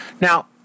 Now